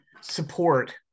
support